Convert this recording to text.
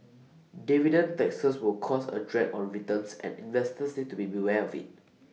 dividend taxes will cause A drag on returns and investors need to be aware of IT